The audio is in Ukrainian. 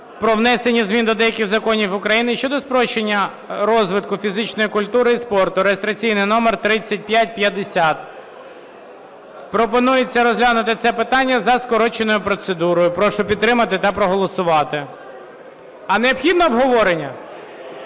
про внесення змін до деяких законів України щодо сприяння розвитку фізичної культури і спорту (реєстраційний номер 3550). Пропонується розглянути це питання за скороченою процедурою. Прошу підтримати та проголосувати. А необхідно обговорення?